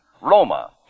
Roma